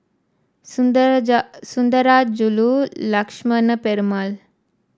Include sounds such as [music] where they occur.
[unintelligible] Sundarajulu Lakshmana Perumal